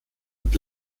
und